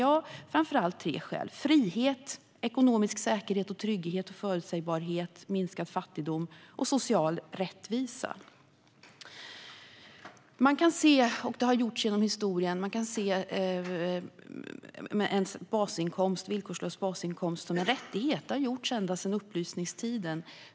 Det handlar om frihet, ekonomisk säkerhet, trygghet, förutsägbarhet, minskad fattigdom och social rättvisa. Man kan se villkorslös basinkomst som en rättighet, och det har man gjort genom historien ända sedan upplysningstiden.